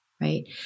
right